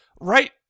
right